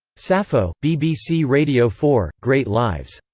sappho, bbc radio four, great lives.